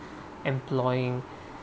employing